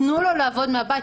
תנו לו לעבוד מהבית.